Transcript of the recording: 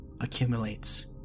accumulates